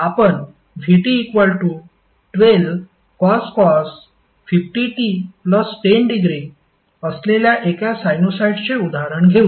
आपण vt12cos 50t10° असलेल्या एका साइनुसॉईडचे उदाहरण घेऊ